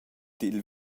dil